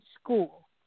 school